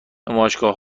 نمایشگاه